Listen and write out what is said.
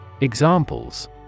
Examples